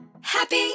Happy